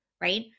Right